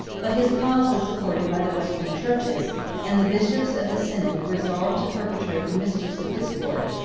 but his cause was supported by the western churches and the bishops of the synod resolved to perpetuate the mischiefs of discord,